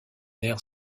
air